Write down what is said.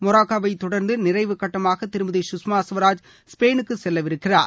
மொராக்காவை தொடர்ந்து நிறைவு கட்டமாக திருமதி கஷ்மா சுவராஜ் ஸ்பெயினுக்கு செல்லவிருக்கிறார்